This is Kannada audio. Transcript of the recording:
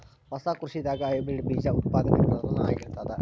ಹೊಸ ಕೃಷಿದಾಗ ಹೈಬ್ರಿಡ್ ಬೀಜ ಉತ್ಪಾದನೆ ಪ್ರಧಾನ ಆಗಿರತದ